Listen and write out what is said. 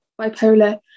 bipolar